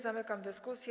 Zamykam dyskusję.